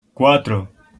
cuatro